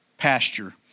pasture